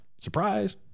Surprise